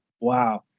wow